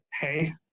Hey